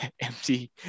empty